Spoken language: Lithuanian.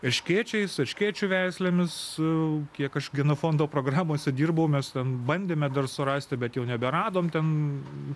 erškėčiais erškėčių veislėmis kiek kažkieno fondo programose dirbau mes esam bandėme dar surasti bet jau neberadom ten